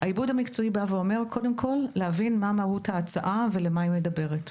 העיבוד המקצועי קודם כול מנסה להבין מה מהות ההצעה ועל מה היה מדברת.